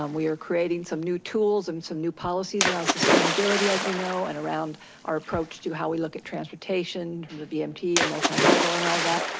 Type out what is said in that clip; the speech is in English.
um we are creating some new tools and some new policies around sustainability, as you know, and around our approach to how we look at transportation with the vmt and multimodal, and all that.